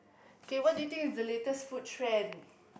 okay what do you think is the latest food trend